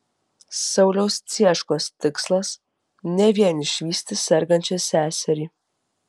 sauliaus cieškos tikslas ne vien išvysti sergančią seserį